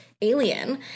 alien